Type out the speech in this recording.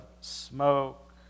smoke